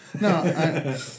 No